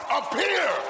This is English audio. appear